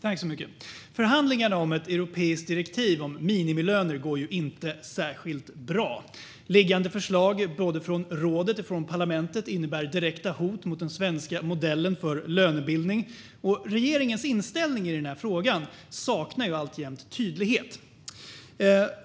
Herr talman! Förhandlingarna om ett europeiskt direktiv om minimilöner går inte särskilt bra. Liggande förslag både från rådet och från parlamentet innebär direkta hot mot den svenska modellen för lönebildning. Regeringens inställning i den här frågan saknar alltjämt tydlighet.